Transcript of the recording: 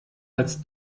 als